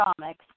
comics